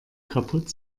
kaputt